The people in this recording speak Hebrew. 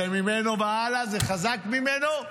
זה ממנו והלאה, זה חזק ממנו,